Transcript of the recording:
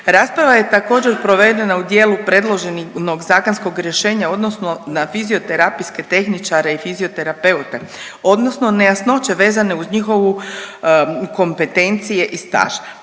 Rasprava je također provedena u dijelu predloženog zakonskog rješenja odnosno na fizioterapijske tehničare i fizioterapeute odnosno nejasnoće vezane uz njihovu kompetencije i staž.